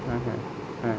হ্যাঁ হ্যাঁ হ্যাঁ